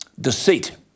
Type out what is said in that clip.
Deceit